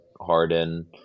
Harden